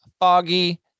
foggy